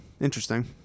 interesting